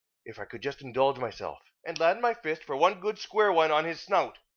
if i could just indulge myself, and land my fist, for one good square one, on his snout.